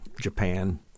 Japan